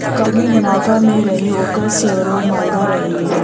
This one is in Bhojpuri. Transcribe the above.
कंपनी मुनाफा मे रही ओकर सेअरो म्हंगा रही